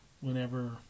whenever